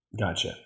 Gotcha